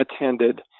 attended